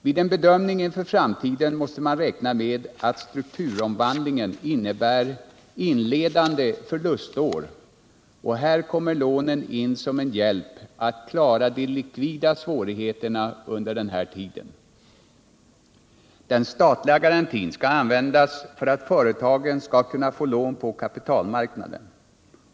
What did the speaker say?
Vid en bedömning inför framtiden måste man räkna med att struk turomvandlingen innebär inledande förlustår, och här kommer lånen in som en hjälp för att klara de likvida svårigheterna under denna tid. Den statliga garantin skall användas för att företagen skall kunna få lån på kapitalmarknaden.